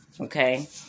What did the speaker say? Okay